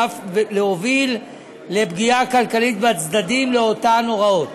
ואף להוביל לפגיעה כלכלית בצדדים לאותן הוראות.